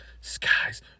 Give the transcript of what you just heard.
skies